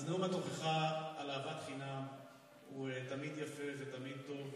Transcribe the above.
אז נאום התוכחה על אהבת חינם הוא תמיד יפה ותמיד טוב,